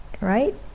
right